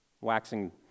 waxing